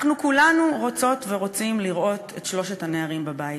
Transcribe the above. אנחנו כולנו רוצות ורוצים לראות את שלושת הנערים בבית,